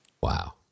Wow